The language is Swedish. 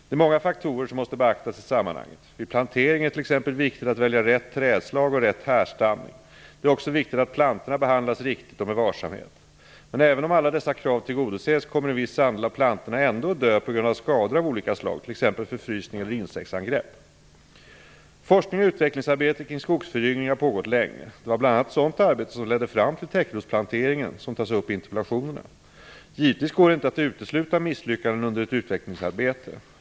Det är många faktorer som måste beaktas i sammanhanget. Vid plantering är det t.ex. viktigt att välja rätt trädslag och rätt härstamning. Det är också viktigt att plantorna behandlas riktigt och med varsamhet. Men även om alla dessa krav tillgodoses, kommer en viss andel av plantorna ändå att dö på grund av skador av olika slag, t.ex. förfrysning eller insektsangrepp. Forskning och utvecklingsarbete kring skogsföryngring har pågått länge. Det var bl.a. sådant som ledde fram till täckrotsplanteringen, som tas upp i interpellationerna. Givetvis går det inte att utesluta misslyckanden under ett utvecklingsarbete.